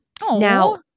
Now